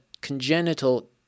congenital